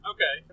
Okay